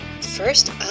First